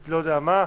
ולא להנגיש את המידע,